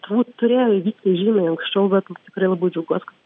turbūt turėjo įvykti žymiai anksčiau bet tikrai labai džiaugiuos kad